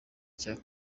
cya